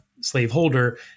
slaveholder